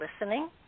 listening